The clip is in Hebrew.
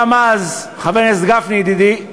גם אז, חבר הכנסת גפני, ידידי,